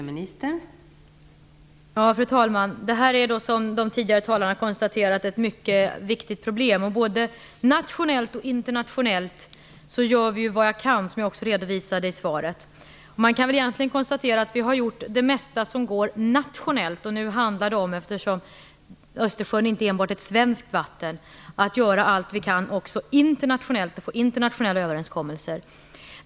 Fru talman! Det här är, som de tidigare talarna har konstaterat, ett mycket viktigt problem. Både nationellt och internationellt gör vi ju vad vi kan, som jag också redovisade i svaret. Man kan egentligen konstatera att vi har gjort det mesta som går nationellt. Eftersom Östersjön inte enbart är ett svenskt vatten handlar det nu om att göra allt vi kan också internationellt för att få till stånd internationella överenskommelser.